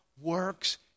works